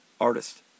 artist